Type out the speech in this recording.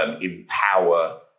empower